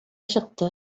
чыкты